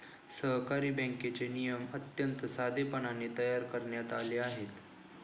सहकारी बँकेचे नियम अत्यंत साधेपणाने तयार करण्यात आले आहेत